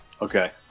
Okay